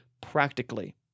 practically